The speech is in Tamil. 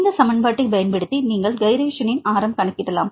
இந்த சமன்பாட்டைப் பயன்படுத்தி நீங்கள் கைரேஷனின் ஆரம் கணக்கிடலாம்